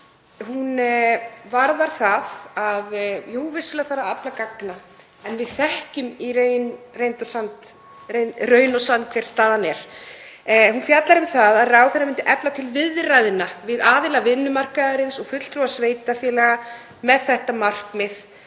Hún varðar það að jú, vissulega þarf að afla gagna en við þekkjum í raun og sann hver staðan er. Hún fjallar um að ráðherra myndi efna til viðræðna við aðila vinnumarkaðarins og fulltrúa sveitarfélaga með það markmið